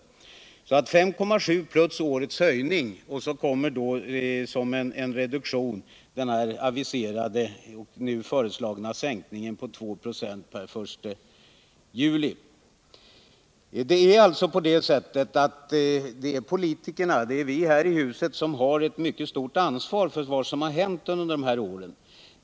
Det är alltså fråga om 5,7 96 plus årets höjning, och sedan en reduktion i form av den aviserade och nu föreslagna sänkningen om 2 96 per den 1 juli. Det är politikerna, det är vi här i huset, som har ett mycket stort ansvar för vad som har hänt under de här åren.